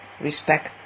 respect